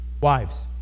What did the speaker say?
Wives